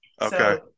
okay